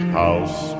house